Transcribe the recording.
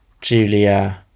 Julia